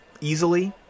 easily